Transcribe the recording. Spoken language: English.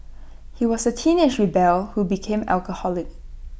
he was A teenage rebel who became alcoholic